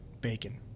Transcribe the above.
Bacon